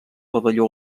pavelló